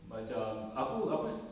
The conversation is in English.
macam aku aku s~